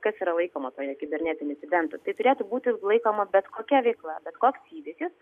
kas yra laikoma tuo kibernetiniu incidentu tai turėtų būti laikoma bet kokia veikla bet koks įvykis